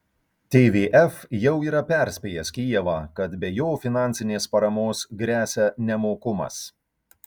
tvf jau yra perspėjęs kijevą kad be jo finansinės paramos gresia nemokumas